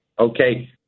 Okay